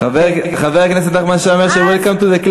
חבר הכנסת שי אומר Welcome to the club.